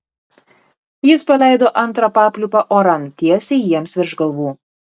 jis paleido antrą papliūpą oran tiesiai jiems virš galvų